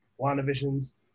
WandaVision's